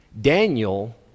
Daniel